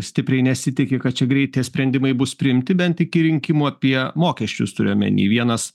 stipriai nesitiki kad čia greit tie sprendimai bus priimti bent iki rinkimų apie mokesčius turiu omeny vienas